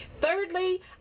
Thirdly